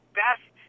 best